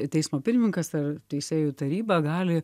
teismo pirmininkas ar teisėjų taryba gali